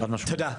תודה.